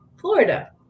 florida